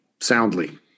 soundly